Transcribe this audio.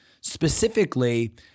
Specifically